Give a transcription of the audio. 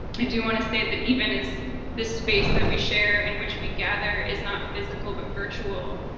i do want to say that even as this space that we share in which we gather is not physical, but virtual,